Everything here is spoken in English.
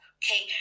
okay